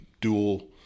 dual